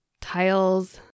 tiles